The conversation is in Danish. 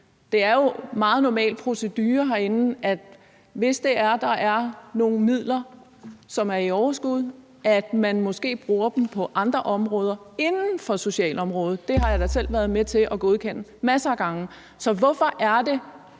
Det er jo en normal procedure herinde, at man, hvis der er nogle midler, som er i overskud, bruger dem på andre områder inden for socialområdet. Det har jeg da selv været med til at godkende masser af gange. Så hvorfor er det,